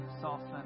soften